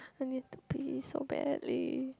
I need to pee so badly